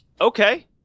Okay